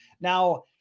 Now